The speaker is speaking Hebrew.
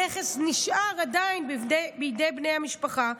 הנכס נשאר עדיין בידי בן המשפחה,